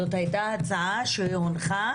זאת הייתה הצעה שהונחה